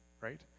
right